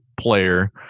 player